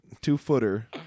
Two-footer